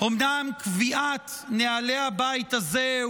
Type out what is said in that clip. אומנם קביעת נוהלי הבית הזה,